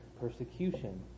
persecution